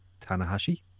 Tanahashi